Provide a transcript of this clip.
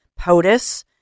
POTUS